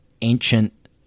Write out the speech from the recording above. ancient